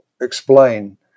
explain